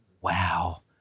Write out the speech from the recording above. wow